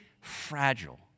fragile